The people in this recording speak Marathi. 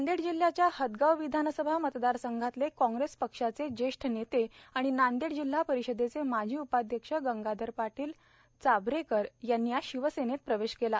नांदेड जिल्ह्याच्या हदगाव विधानसभा मतदारसंघातले काँग्रेस पक्षाचे जेष्ठ नेते तथा नांदेड जिल्हा परिषदेचे माजी उपाध्यक्ष गंगाधर पाटील चाभरेकर यांनी आज शिवसेनेत प्रवेश केला